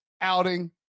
outing